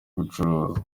gucuruza